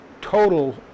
total